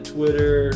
Twitter